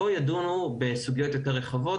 בדיון הזה ידוע לנו בסוגיות יותר רחבות,